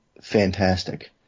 fantastic